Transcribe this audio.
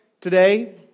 today